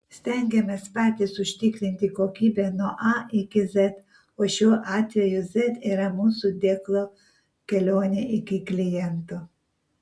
stengiamės patys užtikrinti kokybę nuo a iki z o šiuo atveju z yra mūsų dėklo kelionė iki kliento